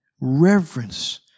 reverence